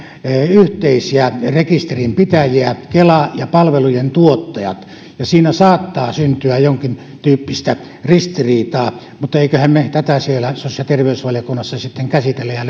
yhteisiä rekisterinpitäjiä kela ja palvelujen tuottajat ja siinä saattaa syntyä jonkintyyppistä ristiriitaa mutta emmeköhän me tätä siellä sosiaali ja terveysvaliokunnassa sitten käsittele ja